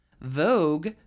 Vogue